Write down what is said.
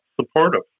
supportive